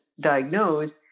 diagnosed